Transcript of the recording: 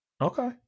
Okay